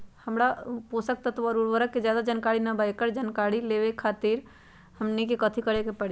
हमरा पोषक तत्व और उर्वरक के ज्यादा जानकारी ना बा एकरा जानकारी लेवे के खातिर हमरा कथी करे के पड़ी?